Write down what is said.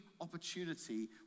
opportunity